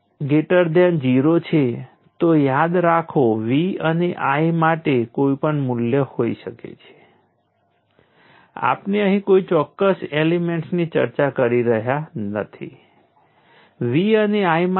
તેવી જ રીતે જો I જે 0 થી વધારે હોય અને ઘટતો હોય તો તે સમય ડેરિવેટિવ 0 હોય તો તે પાવર ડીલીવર કરે છે